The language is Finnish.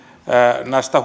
näistä